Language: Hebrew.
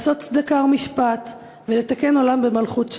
לעשות צדקה ומשפט ולתקן עולם במלכות שדי.